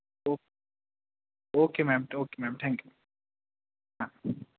okay okay ma'am okay ma'am thank you हां